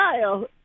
Kyle